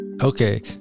okay